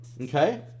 Okay